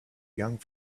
young